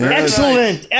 excellent